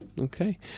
Okay